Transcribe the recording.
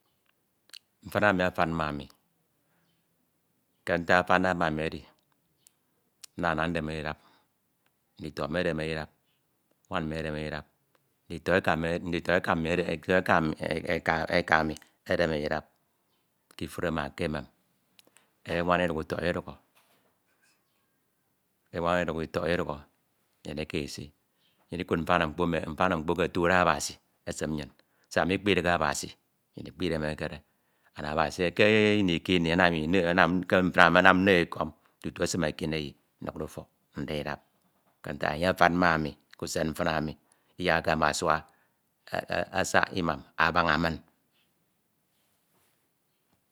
Mfin emi afem ma ami, ke ntak afem de ma ami edi, nnana ndemede idqp ndito mi edenede idap, nwan mmie edemede idap, ndito eka mmi edemede ndito eka mmi eka mi edemede idap k’ifure ma ke emem, enwan idukhọ utọk idukhọ enwan idukhọ utọk idukhọ, nnyin ikisi ikud mfanamkpo emi otude Abasi esin nnyin siak mikpidihe Abasi, nnyin ikpidemekede, and Abasi ke e ini kini ana nno anam nno mfin emi anam nnoe ekọm tutu esim ekineyi ndukde ufọk ndi idap ke ntak enye afan ma ami k’usen mfin emi iyakke mma asua asak imam abuña min.